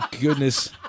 goodness